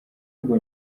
ngo